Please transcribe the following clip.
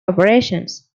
operations